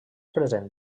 present